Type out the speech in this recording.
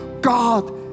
god